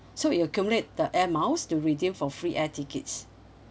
so you accumulate the air miles to redeem for free air tickets